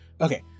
okay